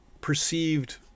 perceived